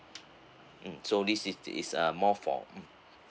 mm so this is is a more for